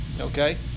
Okay